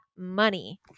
money